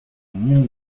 new